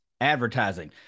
advertising